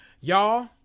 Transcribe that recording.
Y'all